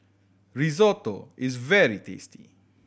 risotto is very tasty